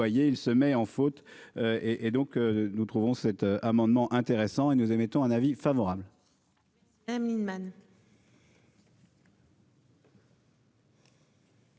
du loyer il se met en faute. Et et donc nous trouvons cet amendement intéressant et nous émettons un avis favorable.